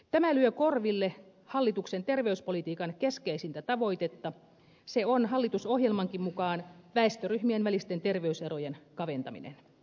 tämä lyö korville hallituksen terveyspolitiikan keskeisintä tavoitetta joka on hallitusohjelmankin mukaan väestöryhmien välisten terveyserojen kaventaminen